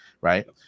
Right